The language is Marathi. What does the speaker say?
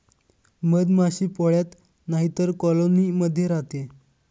मधमाशी पोळ्यात नाहीतर कॉलोनी मध्ये राहते